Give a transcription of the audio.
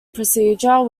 procedure